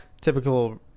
Typical